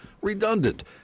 redundant